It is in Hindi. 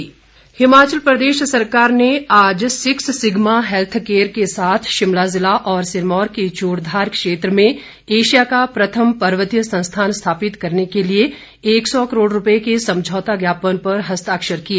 एमओयू हिमाचल प्रदेश सरकार ने आज सिक्स सिग्मा हैल्थ केयर के साथ शिमला जिला और सिरमौर के चूड़धार क्षेत्र में एशिया का प्रथम पर्वतीय संस्थान स्थापित करने के लिए एक सौ करोड़ रूपए के समझौता ज्ञापन पर हस्ताक्षर किए